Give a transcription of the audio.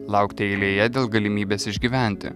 laukti eilėje dėl galimybės išgyventi